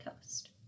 Coast